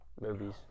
movies